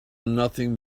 nothing